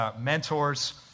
mentors